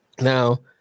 Now